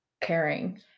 caring